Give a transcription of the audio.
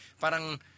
parang